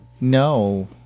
No